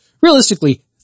realistically